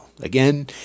Again